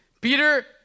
Peter